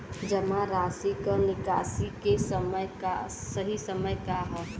जमा राशि क निकासी के सही समय का ह?